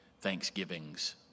thanksgivings